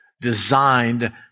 designed